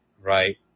right